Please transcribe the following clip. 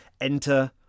Enter